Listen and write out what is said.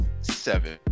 seven